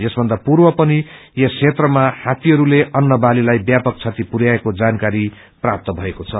यसभन्दा पूर्व पनि य क्षेत्रमा हातीहरूले अन्न वालीलाई व्यापक क्षति पुरयाएको जानकारी प्राप्त भएको छ